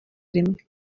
rimwe